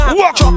walk